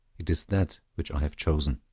it is that which i have chosen.